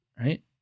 right